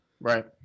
Right